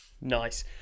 Nice